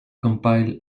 compile